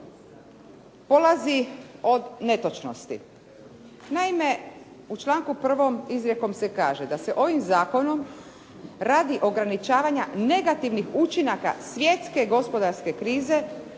polazi od netočnosti. Naime, u članku 1. izrijekom se kaže da se ovim zakonom radi ograničavanja negativnih učinaka svjetske gospodarske krize